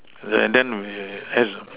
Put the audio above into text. and then as